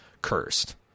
cursed